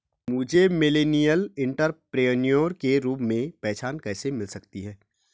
मुझे millennial entrepreneur के रूप में पहचान कैसे मिल सकती है?